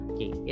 Okay